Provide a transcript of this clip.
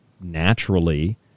naturally